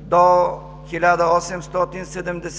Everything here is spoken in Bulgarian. до 1878 г.,